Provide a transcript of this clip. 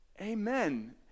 Amen